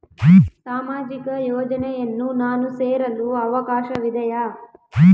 ಸಾಮಾಜಿಕ ಯೋಜನೆಯನ್ನು ನಾನು ಸೇರಲು ಅವಕಾಶವಿದೆಯಾ?